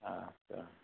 आदसा